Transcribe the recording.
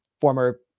Former